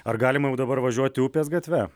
ar galima jau dabar važiuoti upės gatve